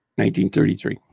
1933